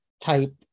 type